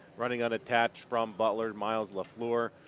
running unattached from butler, miles lafluer,